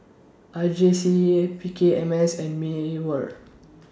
R J C P K M S and Mewr